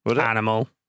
animal